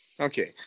Okay